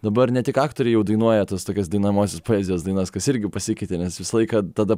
dabar ne tik aktoriai jau dainuoja tas tokias dainuojamosios poezijos dainas kas irgi pasikeitė nes visą laiką tada